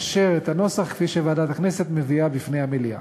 ולאשר את הנוסח כפי שוועדת הכנסת מביאה בפני המליאה.